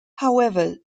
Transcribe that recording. however